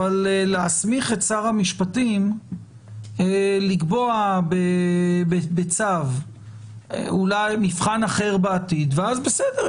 אבל להסמיך את שר המשפטים לקבוע בצו אולי מבחן אחר בעתיד ואז בסדר,